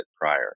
prior